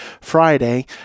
Friday